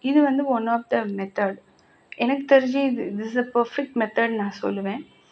இது வந்து one of the method எனக்கு தெரிஞ்சு this this is the perfect method நான் சொல்லுவேன்